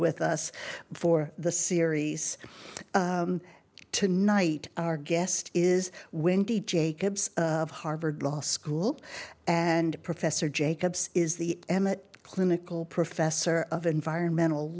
with us for the series tonight our guest is windy jacobs of harvard law school and professor jacobs is the emmet clinical professor of environmental